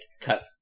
cut